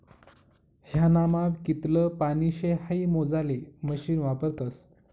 ह्यानामा कितलं पानी शे हाई मोजाले मशीन वापरतस